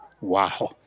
Wow